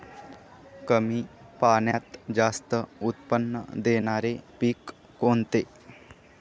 कमी पाण्यात जास्त उत्त्पन्न देणारे पीक कोणते?